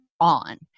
on